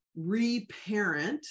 reparent